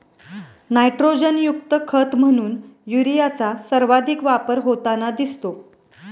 नायट्रोजनयुक्त खत म्हणून युरियाचा सर्वाधिक वापर होताना दिसतो